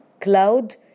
cloud